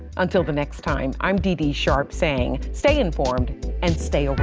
until the next time, i'm dee dee sharp saying, stay informed and stay but